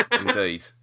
Indeed